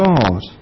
God